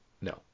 No